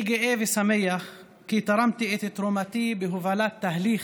אני גאה ושמח על כי תרמתי את תרומתי בהובלת תהליך